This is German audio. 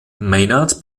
maynard